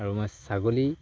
আৰু মই ছাগলী